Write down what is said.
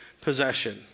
possession